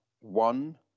one